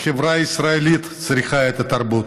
החברה הישראלית צריכה את התרבות.